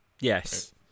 Yes